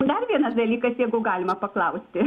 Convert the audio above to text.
dar vienas dalykas jeigu galima paklausti